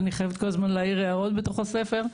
אני חייבת כל הזמן להעיר הערות תוך הספר.